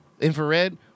Infrared